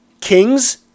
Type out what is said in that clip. Kings